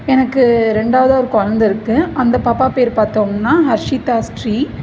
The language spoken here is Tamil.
எனக்கு ரெண்டாவது ஒரு குழந்த இருக்குது அந்த பாப்பா பேர் பார்த்தோம்னா ஹர்ஷிதா ஸ்ரீ